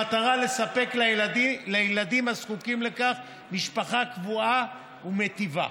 במטרה לספק לילדים הזקוקים לכך משפחה קבועה ומיטיבה.